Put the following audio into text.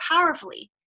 powerfully